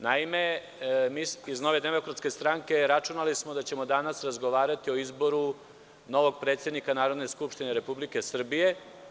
Naime, mi iz NDS računali smo da ćemo danas razgovarati o izboru novog predsednika Narodne skupštine Republike Srbije.